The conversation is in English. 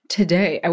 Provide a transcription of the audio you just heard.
today